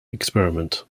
experiment